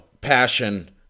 passion